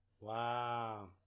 Wow